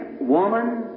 woman